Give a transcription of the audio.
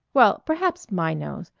well, perhaps my nose.